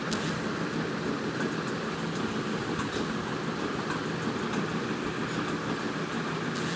bank থেকে loan নিলে সেটা প্রত্যেক মাসে একটা এমাউন্ট ভরতে হয়